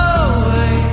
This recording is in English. away